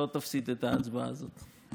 לא תפסיד את ההצבעה הזאת.